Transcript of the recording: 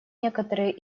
некоторые